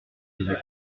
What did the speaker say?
devait